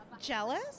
Jealous